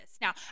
Now